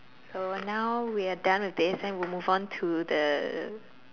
so now we are done with the assign we move on to the